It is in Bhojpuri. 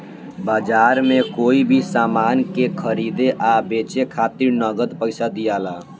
बाजार में कोई भी सामान के खरीदे आ बेचे खातिर नगद पइसा दियाला